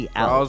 out